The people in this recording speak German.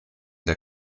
der